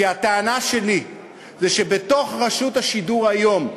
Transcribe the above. כי הטענה שלי היא שבתוך רשות השידור היום,